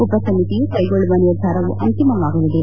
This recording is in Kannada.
ಉಪ ಸಮಿತಿಯು ಕೈಗೊಳ್ಳುವ ನಿರ್ಧಾರವು ಅಂತಿಮವಾಗಲಿದೆ